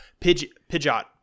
Pidgeot